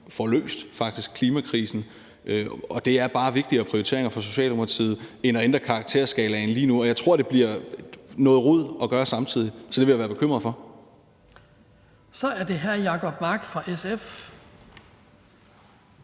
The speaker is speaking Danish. får løst klimakrisen. Det er bare vigtigere prioriteringer for Socialdemokratiet end at ændre karakterskalaen lige nu, og jeg tror, at det bliver noget rod at gøre samtidig, så det ville jeg være bekymret for. Kl. 18:04 Den fg. formand